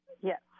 Yes